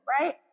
right